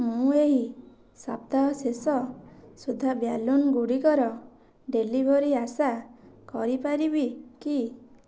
ମୁଁ ଏହି ସପ୍ତାହ ଶେଷ ସୁଦ୍ଧା ବ୍ୟାଲୁନ୍ଗୁଡ଼ିକର ଡ଼େଲିଭରି ଆଶା କରିପାରିବି କି